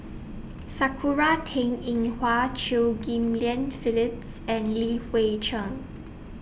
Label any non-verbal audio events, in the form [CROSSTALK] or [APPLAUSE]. [NOISE] Sakura Teng Ying Hua Chew Ghim Lian Phyllis and Li Hui Cheng